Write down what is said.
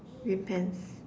green pants